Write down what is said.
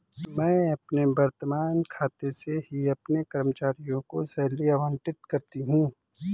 मैं अपने वर्तमान खाते से ही अपने कर्मचारियों को सैलरी आबंटित करती हूँ